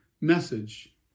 message